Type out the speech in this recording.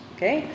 Okay